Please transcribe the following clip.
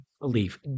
belief